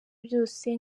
byose